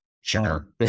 Sure